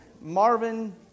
Marvin